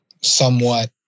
somewhat